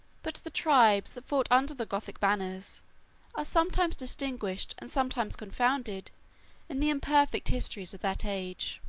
but the tribes that fought under the gothic banners are sometimes distinguished and sometimes confounded in the imperfect histories of that age